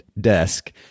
desk